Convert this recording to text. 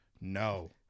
No